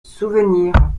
souvenirs